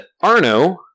Arno